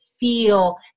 feel